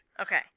Okay